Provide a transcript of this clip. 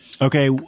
Okay